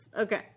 Okay